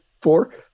four